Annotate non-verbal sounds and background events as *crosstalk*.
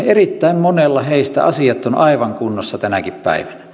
*unintelligible* erittäin monella niistä asiat ovat aivan kunnossa tänäkin päivänä